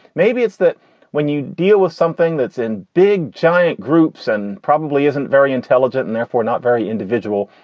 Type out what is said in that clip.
maybe it's that when you deal with something that's in big giant groups and probably isn't very intelligent and therefore not very individual,